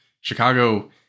Chicago